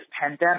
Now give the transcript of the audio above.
pandemic